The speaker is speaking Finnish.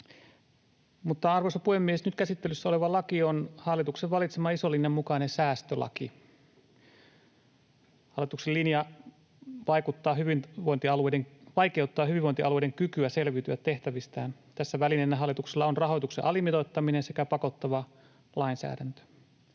Arvoisa puhemies! Nyt käsittelyssä oleva laki on hallituksen valitseman ison linjan mukainen säästölaki. Hallituksen linja vaikeuttaa hyvinvointialueiden kykyä selviytyä tehtävistään. Tässä välineenä hallituksella on rahoituksen alimitoittaminen sekä pakottava lainsäädäntö.